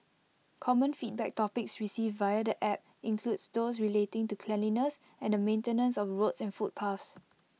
common feedback topics received via the app include those relating to cleanliness and maintenance of roads and footpaths